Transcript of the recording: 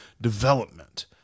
development